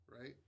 right